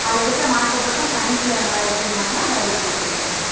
அதில் எடுக்கிற மார்க்க பொறுத்து அவங்க சயின்ஸில் நல்லா எடுத்துருந்தாங்கன்னா பயாலஜி குரூப் கொடுக்கலாம் மேம்